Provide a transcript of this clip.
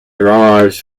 derives